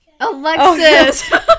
Alexis